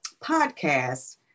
podcast